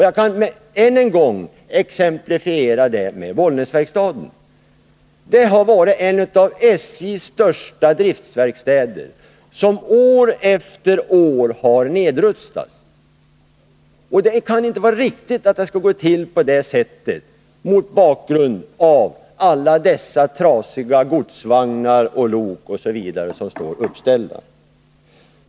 Jag kan än en gång exemplifiera detta med Bollnäsverkstaden, som tidigare har varit en av SJ:s största driftsverkstäder men som år efter år har nedrustats. Detta kan inte vara riktigt med tanke på alla de trasiga godsvagnar, lok osv. som står uppställda.